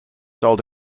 sold